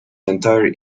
entire